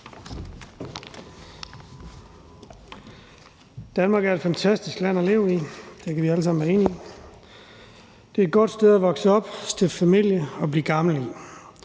Danmark er et fantastisk land at leve i. Det kan vi alle sammen være enige i. Det er et godt sted at vokse op, stifte familie og blive gammel.